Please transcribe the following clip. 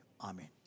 Amen